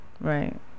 right